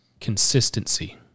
consistency